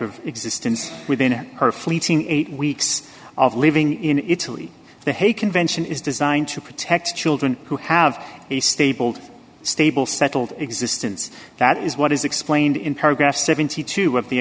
of existence within her fleeting eight weeks of living in italy the hague convention is designed to protect children who have a stable stable settled existence that is what is explained in paragraph seventy two with the